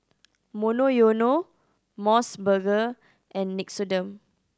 Monoyono Mos Burger and Nixoderm